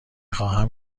خواهم